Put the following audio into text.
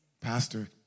Pastor